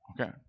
Okay